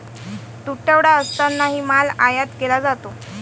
तुटवडा असतानाही माल आयात केला जातो